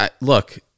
Look